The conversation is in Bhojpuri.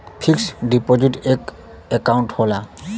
फिक्स डिपोज़िट एक अकांउट होला